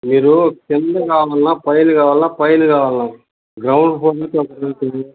మీరు కింద కావాల్నా పైన కావాల్నా పైన కావాల్నా గ్రౌండ్ ఫ్లోర్